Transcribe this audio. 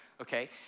okay